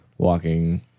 Walking